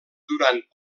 durant